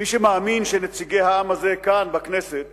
מי שמאמין שנציגי העם הזה כאן בכנסת